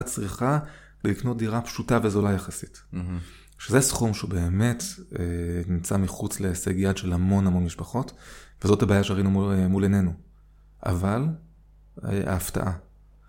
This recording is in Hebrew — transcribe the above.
צריכה לקנות דירה פשוטה וזולה יחסית. שזה סכום שהוא באמת נמצא מחוץ להישג יד של המון המון משפחות, וזאת הבעיה שראינו מול עינינו. אבל, ההפתעה.